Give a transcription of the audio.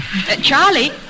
Charlie